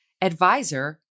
advisor